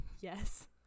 Yes